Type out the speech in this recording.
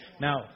now